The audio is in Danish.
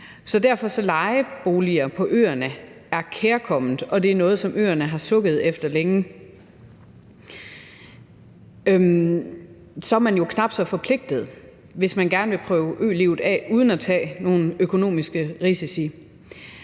derfor er lejeboliger på øerne kærkomment, og det er noget, som øerne har sukket efter længe. Så er man jo knap så forpligtet, hvis man gerne vil prøve ølivet af uden at tage nogen økonomiske risici.